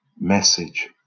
message